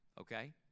Okay